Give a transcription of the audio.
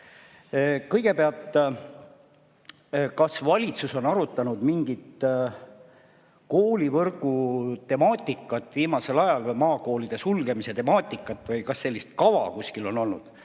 Kõigepealt: kas valitsus on arutanud mingit koolivõrgu temaatikat viimasel ajal või maakoolide sulgemise temaatikat või kas sellist kava kuskil on olnud?